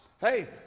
Hey